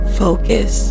focus